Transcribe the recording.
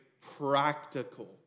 practical